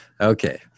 okay